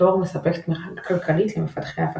Tor מספק תמיכה כלכלית למפתחי ההפצה.